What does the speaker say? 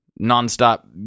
non-stop